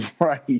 Right